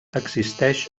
existeix